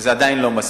וזה עדיין לא מספיק.